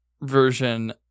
version